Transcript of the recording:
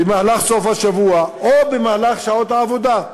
במהלך סוף השבוע או במהלך שעות העבודה.